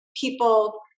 people